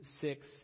six